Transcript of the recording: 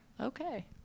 Okay